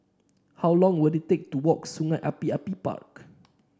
how long will it take to walk Sungei Api Api Park